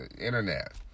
internet